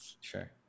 Sure